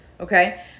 Okay